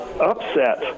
Upset